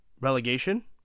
relegation